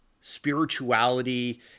spirituality